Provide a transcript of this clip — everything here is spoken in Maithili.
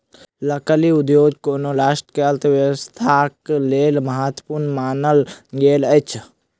लकड़ी उद्योग कोनो राष्ट्र के अर्थव्यवस्थाक लेल महत्वपूर्ण मानल गेल अछि